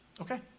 okay